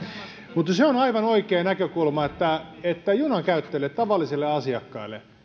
mutta se on aivan oikea näkökulma että että junan käyttäjille tavallisille asiakkaille